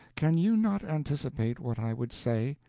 can you not anticipate what i would say,